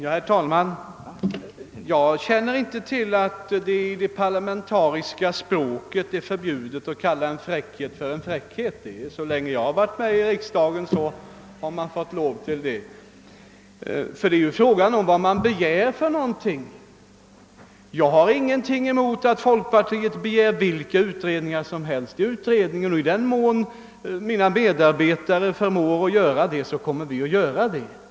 Herr talman! Jag känner inte till att man i det parlamentariska språket inte skulle få kalla en fräckhet för fräckhet; så länge jag varit med i riksdagen har man fått lov att göra det. Det är ju en fråga om vad man begär. Jag har ingenting emot att folkpartiet begär vilka utredningar som helst av kommittén. I den mån jag och utredningens medarbetare förmår att göra dessa utredningar, så kommer vi också att göra det.